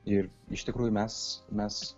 ir iš tikrųjų mes mes